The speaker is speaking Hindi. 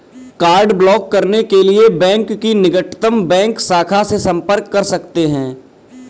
कार्ड ब्लॉक करने के लिए बैंक की निकटतम बैंक शाखा से संपर्क कर सकते है